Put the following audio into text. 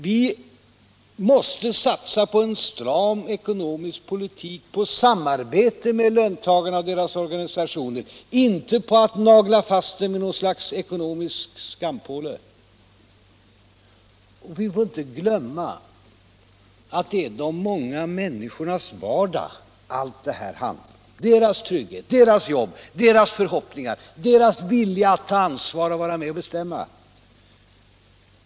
Vi måste satsa på en stram ekonomisk politik och på samarbete med löntagarna och deras organisationer, inte på att nagla fast dem vid något slags ekonomisk skampåle. Vi får inte glömma att allt det här handlar om de många människornas vardag: deras trygghet, deras jobb, deras förhoppningar, deras vilja att ta ansvar och vara med och bestämma.